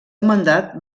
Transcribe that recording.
mandat